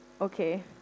Okay